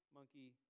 monkey